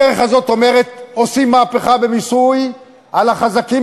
הדרך הזאת אומרת: עושים מהפכה במיסוי על החזקים